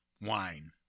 Wine